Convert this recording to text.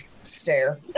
stare